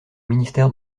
ministère